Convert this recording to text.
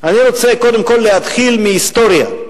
אני רוצה, קודם כול, להתחיל מהיסטוריה.